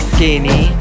Skinny